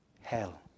Hell